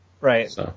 Right